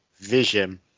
vision